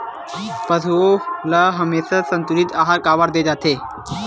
पशुओं ल हमेशा संतुलित आहार काबर दे जाथे?